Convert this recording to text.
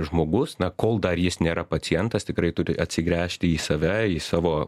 žmogus na kol dar jis nėra pacientas tikrai turi atsigręžti į save į savo